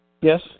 Yes